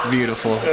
Beautiful